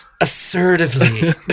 assertively